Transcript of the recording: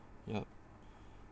yup